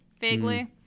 vaguely